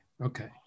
okay